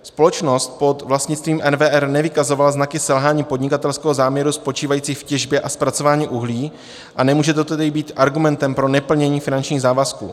Společnost pod vlastnictvím NWR nevykazovala znaky selhání podnikatelského záměru spočívajícího v těžbě a zpracování uhlí, a nemůže toto tedy být argumentem pro neplnění finančních závazků.